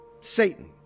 Satan